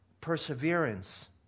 perseverance